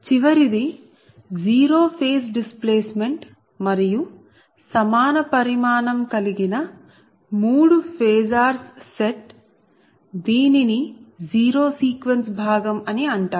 చివరిది 0 phase displacement మరియు సమాన పరిమాణం కలిగిన మూడు ఫేసార్స్ సెట్ దీనిని జీరో సీక్వెన్స్ భాగం అని అంటారు